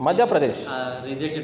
Madhya Pradesh